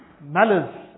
malice